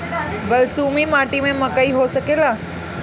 बलसूमी माटी में मकई हो सकेला?